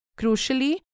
Crucially